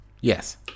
Yes